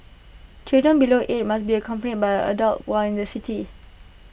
children below eight must be accompanied by an adult while in the city